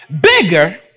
bigger